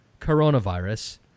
coronavirus